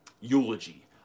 eulogy